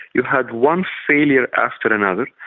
you had one failure after but another,